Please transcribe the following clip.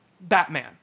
Batman